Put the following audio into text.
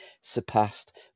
surpassed